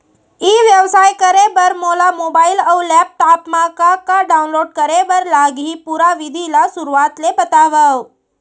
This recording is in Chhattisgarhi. ई व्यवसाय करे बर मोला मोबाइल अऊ लैपटॉप मा का का डाऊनलोड करे बर लागही, पुरा विधि ला शुरुआत ले बतावव?